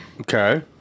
Okay